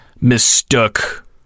mistook